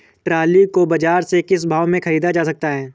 Trolley को बाजार से किस भाव में ख़रीदा जा सकता है?